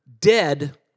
dead